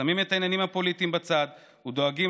שמים את העניינים הפוליטיים בצד ודואגים